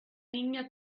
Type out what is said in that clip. niña